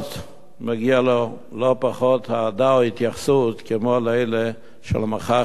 מגיע לו לא פחות אהדה או התייחסות כמו לאלה של המחאה החברתית,